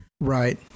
Right